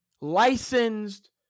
licensed